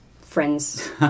friends